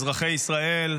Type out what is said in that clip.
אזרחי ישראל,